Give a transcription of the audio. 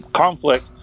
conflict